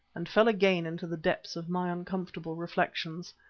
and fell again into the depths of my uncomfortable reflections.